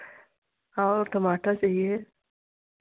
और टमाटर चाहिए